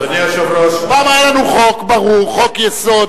פעם היה חוק ברור, חוק-יסוד,